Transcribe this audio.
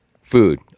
Food